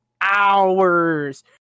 hours